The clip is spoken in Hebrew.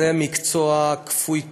זה מקצוע כפוי טובה.